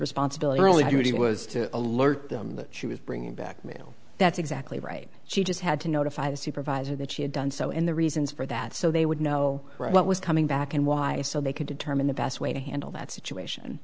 responsibility really duty was to alert them that she was bringing back mail that's exactly right she just had to notify the supervisor that she had done so in the reasons for that so they would know what was coming back and why so they could determine the best way to handle that situation